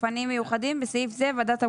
גופניים מיוחדים (בסעיף זה ועדת המומחים).